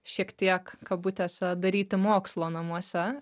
šiek tiek kabutėse daryti mokslo namuose